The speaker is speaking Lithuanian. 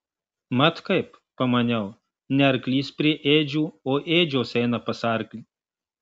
mat kaip pamaniau ne arklys prie ėdžių o ėdžios eina pas arklį